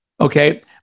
okay